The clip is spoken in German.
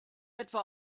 etwa